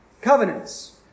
covenants